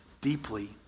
deeply